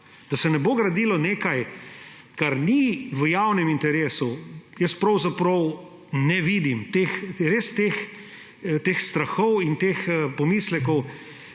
da se ne bo gradilo nekaj, kar ni v javnem interesu. Jaz pravzaprav ne razumem teh strahov in teh pomislekov